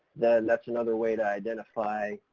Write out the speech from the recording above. then that's another way to identify,